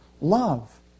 love